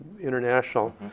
international